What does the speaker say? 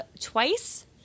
twice